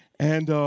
and